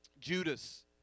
Judas